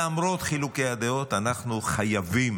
למרות חילוקי הדעות, אנחנו חייבים